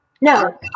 No